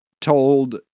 told